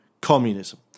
communism